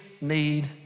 need